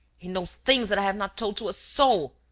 he knows things that i have not told to a soul!